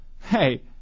hey